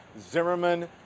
Zimmerman